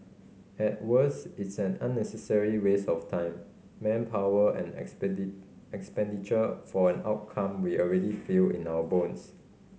at worst it's an unnecessary waste of time manpower and expenditure for an outcome we already feel in our bones